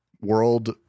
world